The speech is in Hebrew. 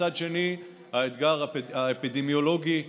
מצד שני, האתגר האפידמיולוגי,